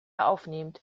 aufnehmt